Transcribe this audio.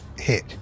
Hit